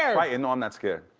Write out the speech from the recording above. i frightened, no, i'm not scared.